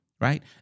right